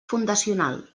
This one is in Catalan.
fundacional